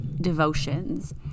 devotions